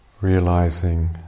realizing